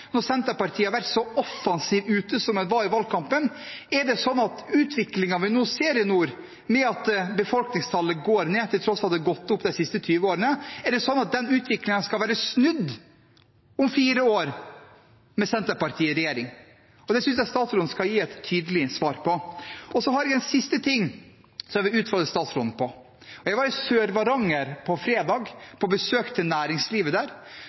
når Senterpartiet har vært så offensive ute som en var i valgkampen: Er det slik at utviklingen vi nå ser i nord med at befolkningstallet går ned, til tross for at det har gått opp de siste 20 årene, skal være snudd om fire år med Senterpartiet i regjering? Det synes jeg statsråden skal gi et tydelig svar på. Så har jeg en siste ting som jeg vil utfordre statsråden på. Jeg var i Sør-Varanger på fredag, på besøk hos næringslivet der,